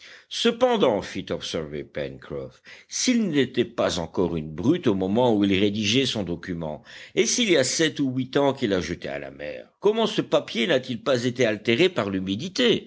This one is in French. cependant fit observer pencroff s'il n'était pas encore une brute au moment où il rédigeait son document et s'il y a sept ou huit ans qu'il l'a jeté à la mer comment ce papier n'a-t-il pas été altéré par l'humidité